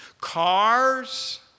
cars